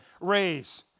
raise